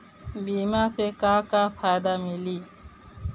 बीमा से का का फायदा मिली?